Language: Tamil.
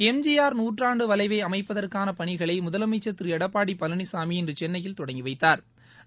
எம்ஜிஆர் நூற்றாண்டு வளைவை அமைப்பதற்கான பணிகளை முதலமைச்சர் திரு எடப்பாடி பழனிசாமி இன்று சென்னையில் தொடங்கி வைத்தாா்